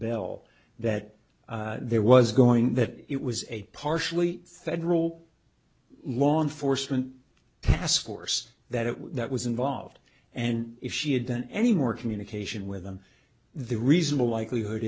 bell that there was going that it was a partially federal law enforcement task force that it was that was involved and if she had done any more communication with them the reasonable likelihood